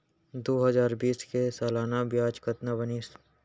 दू हजार बीस के सालाना ब्याज कतना बनिस?